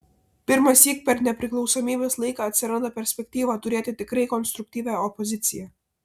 pirmąsyk per nepriklausomybės laiką atsiranda perspektyva turėti tikrai konstruktyvią opoziciją